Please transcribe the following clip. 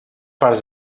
parts